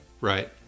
Right